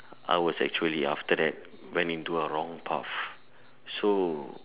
I was actually after that went into a wrong path so